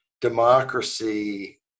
democracy